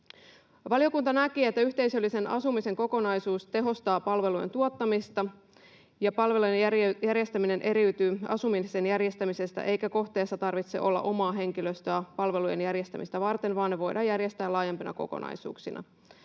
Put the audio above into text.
Valiokunta näki, että yhteisöllisen asumisen kokonaisuus tehostaa palvelujen tuottamista, kun palvelujen järjestäminen eriytyy asumisen järjestämisestä eikä kohteessa tarvitse olla omaa henkilöstöä palvelujen järjestämistä varten, vaan ne voidaan järjestää laajempina kokonaisuuksina.